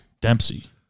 Dempsey